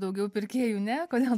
daugiau pirkėjų ne kodėl